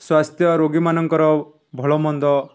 ସ୍ୱାସ୍ଥ୍ୟ ରୋଗୀମାନଙ୍କର ଭଳମନ୍ଦ